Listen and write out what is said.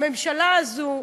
הממשלה הזאת,